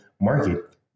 market